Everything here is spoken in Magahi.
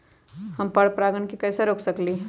हम पर परागण के कैसे रोक सकली ह?